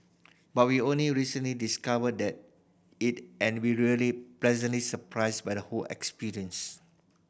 but we only recently discovered that it and were really pleasantly surprised by the whole experience